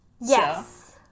Yes